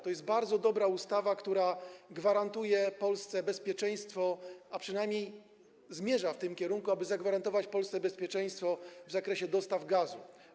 To jest bardzo dobra ustawa, która gwarantuje Polsce bezpieczeństwo, a przynajmniej zmierza w tym kierunku, aby zagwarantować Polsce bezpieczeństwo w zakresie dostaw gazu.